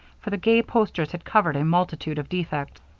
for the gay posters had covered a multitude of defects.